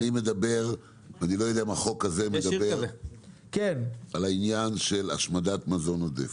אני לא יודע אם החוק הזה מדבר על העניין של השמדת מזון עודף.